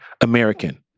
American